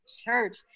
Church